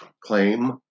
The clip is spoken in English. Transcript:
claim